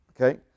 Okay